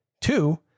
Two